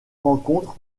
rencontres